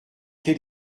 quel